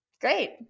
Great